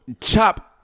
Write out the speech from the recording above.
chop